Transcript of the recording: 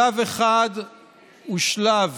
שלב אחד הוא שלב